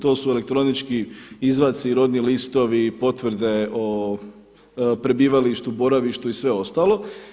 To su elektronički izvadci, rodni listovi, potvrde o prebivalištu, boravištu i sve ostalo.